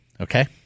Okay